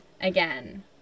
again